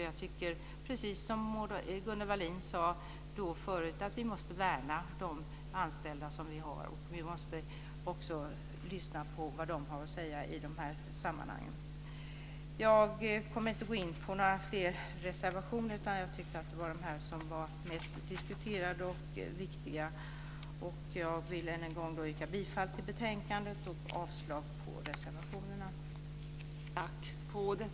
Jag tycker, precis som Gunnel Wallin sade förut, att vi måste värna de anställda som vi har. Vi måste också lyssna på vad de har att säga i de här sammanhangen. Jag kommer inte att gå in på några fler reservationer, eftersom jag tyckte att det var de här som var de mest diskuterade och viktiga. Än en gång yrkar jag bifall till utskottets hemställan i betänkandet och avslag på reservationerna.